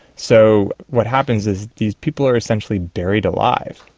so what happens is these people are essentially buried alive.